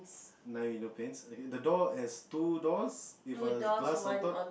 nine window panes okay the door has two doors with a glass on top